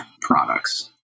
products